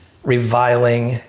reviling